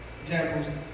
examples